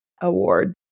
award